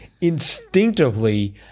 instinctively